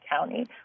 County